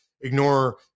ignore